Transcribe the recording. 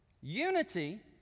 Unity